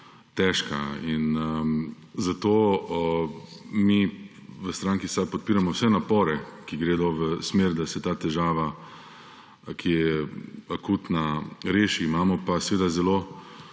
težka; in zato mi v stranki SAB podpiramo vse napore, ki gredo v smer, da se ta težava, ki je akutna, reši. Imamo pa zelo